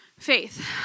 Faith